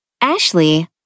Ashley